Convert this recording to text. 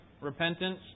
repentance